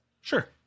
Sure